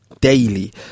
daily